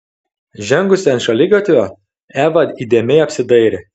žengusi ant šaligatvio eva įdėmiai apsidairė